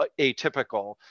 atypical